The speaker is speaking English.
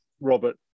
robert